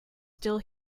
still